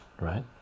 right